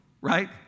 right